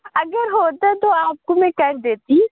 اگر ہوتا تو آپ کو میں کر دیتی